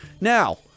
Now